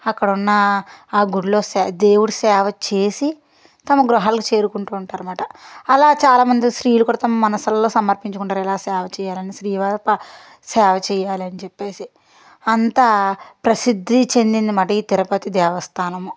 అక్కడున్న ఆ గుడిలో సే దేవుడు సేవ చేసి తమ గృహాలకు చేరుకుంటూ ఉంటారు అన్నమాట అలా చాలా మంది స్త్రీలు కూడా తమ మనస్సులో సమర్పించుకుంటారు ఇలా సేవ చేయాలని శ్రీవారి సేవ చేయాలని చెప్పేసి అంత ప్రసిద్ధి చెందింది అన్నమాట ఈ తిరుపతి దేవస్థానము